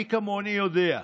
מי כמוני יודע.